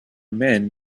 men